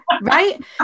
right